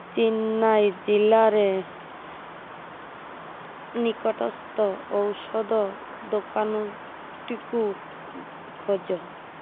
ଚେନ୍ନାଇ ଜିଲ୍ଲାରେ ନିକଟସ୍ଥ ଔଷଧ ଦୋକାନଟିକୁ ଖୋଜ